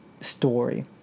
story